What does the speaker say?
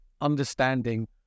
understanding